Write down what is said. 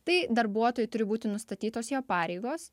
tai darbuotojui turi būti nustatytos jo pareigos